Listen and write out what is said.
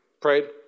prayed